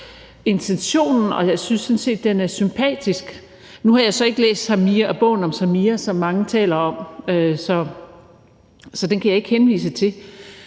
set, at den er sympatisk. Nu har jeg så ikke læst bogen om Samira, som mange taler om, så den kan jeg ikke henvise til.